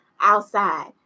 outside